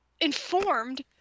informed